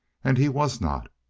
and he was not,